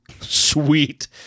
sweet